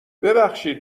ببخشید